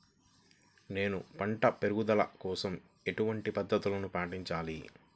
నేను పంట పెరుగుదల కోసం ఎలాంటి పద్దతులను పాటించాలి?